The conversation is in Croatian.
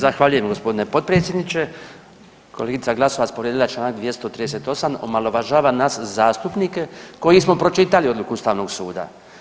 Zahvaljujem gospodine potpredsjedniče, kolegica Glasovac povrijedila je Članak 238., omalovažava nas zastupnike koji smo pročitali odluku Ustavnog suda.